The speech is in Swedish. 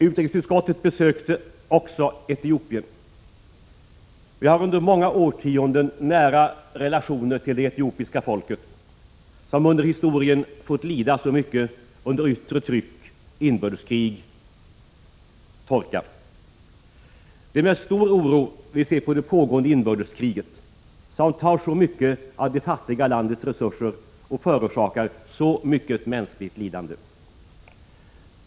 Utrikesutskottet besökte också Etiopien. Vi har sedan många årtionden tillbaka nära relationer till det etiopiska folket, som under historien fått lida så mycket under yttre tryck, inbördeskrig och torka. Det är med stor oro vi ser på det pågående inbördeskriget, som tar så mycket av det fattiga landets resurser och förorsakar så mycket mänskligt lidande.